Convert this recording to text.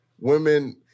women